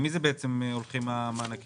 אני לא מוכן שנעשה על כל משרד עכשיו לימוד מחדש.